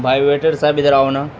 بھائی ویٹر صاحب ادھر آؤ نا